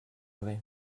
vrai